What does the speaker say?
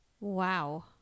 Wow